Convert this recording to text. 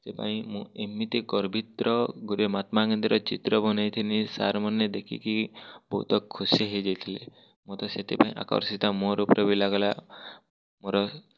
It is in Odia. ସେଥି ପାଇଁ ମୁଁ ଏମିତି ଗର୍ବିତ୍ର ଗେଟେ ମହାତ୍ମା ଗାନ୍ଧୀର ଚିତ୍ର ବନେଇ ଥିଲି ସାର୍ ମାନେ ଦେଖିଁ କି ବହୁତ ଖୁସି ହୋଇ ଯାଇଥିଲେ ମତେ ସେଥି ପାଇଁ ଆକର୍ଷିତ ମୋର ପରି ଲାଗିଲା ମୋର